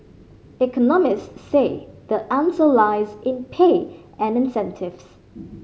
economists say the answer lies in pay and incentives